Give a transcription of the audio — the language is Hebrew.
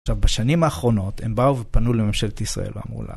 עכשיו, בשנים האחרונות הם באו ופנו לממשלת ישראל, ואמרו לה.